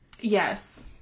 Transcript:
Yes